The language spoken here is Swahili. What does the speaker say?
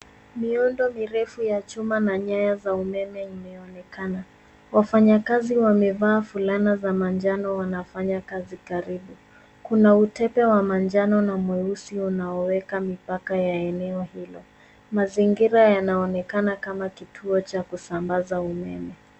Miundo mirefu ya chuma na nyaya ya umeme imeaonekana. Wafanyakazi wamevaa fulana za manjano wanafanya kazi karibu. Kuna utepe wa manjano na mweusi unaoweka mipaka ya eneo. Mazingira yanaonekana kama kituo cha kusambaza umeme.